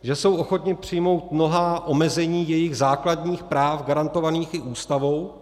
Že jsou ochotni přijmout mnohá omezení svých základních práv, garantovaných i Ústavou.